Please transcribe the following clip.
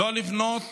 לא לבנות